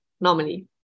normally